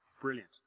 Brilliant